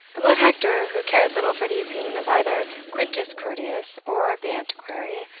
but hector, who cared little for the opinion of either quintus curtius or of the antiquary,